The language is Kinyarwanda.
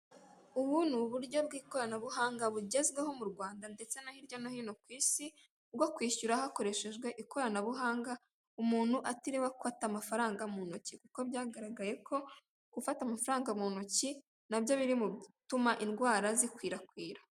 Ubu ni uburyo bw'ikoranabuhanga bugezweho mu Rwanda ndetse no hirya no hino ku isi, bwo kwishyura hakoreshejwe ikoranabuhanga, umuntu atiriwe afata amafaranga mu ntoki, kuko byagaragaye ko gufata amafaranga mu ntoki, na byo biri mu bituma indwara zikwirakwira.